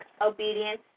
obedience